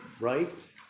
right